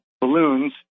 balloons